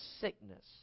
sickness